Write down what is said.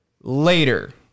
later